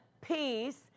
peace